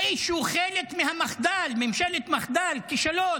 האיש שהוא חלק מהמחדל, ממשלת מחדל, כישלון,